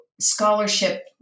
scholarship